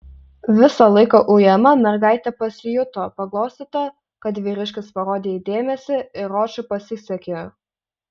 visą laiką ujama mergaitė pasijuto paglostyta kad vyriškis parodė jai dėmesį ir ročui pasisekė